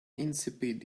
insipid